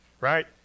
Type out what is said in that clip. Right